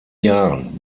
jahren